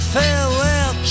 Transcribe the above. farewell